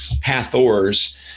Hathors